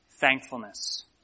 Thankfulness